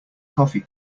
coffee